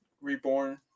Reborn